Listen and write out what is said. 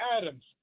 Adams